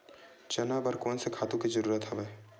चना बर कोन से खातु के जरूरत हवय?